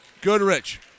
Goodrich